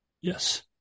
Yes